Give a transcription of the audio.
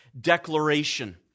declaration